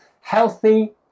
healthy